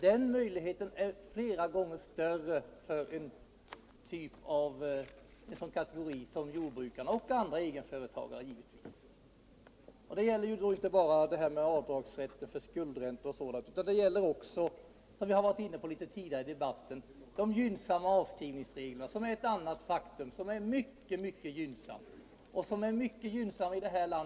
Den möjligheten är flera gånger större för en sådan kategori som jordbrukarna och andra egentöretagare. Det gäller då inte bara rätten till avdrag för skuldränta o. d., utan det gäller också - som jag har varit inne på tidigare under debatten - de gynnsamma avskrivningsreglerna, som är mycket gynnsammare i vårt land än i jämförbara stater i Europa.